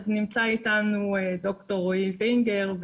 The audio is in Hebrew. נמצא איתנו ד"ר רועי זינגר,